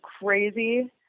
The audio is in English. crazy